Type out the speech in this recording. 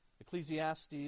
Ecclesiastes